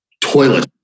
toilet